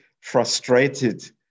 frustrated